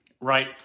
right